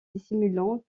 dissimulant